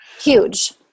Huge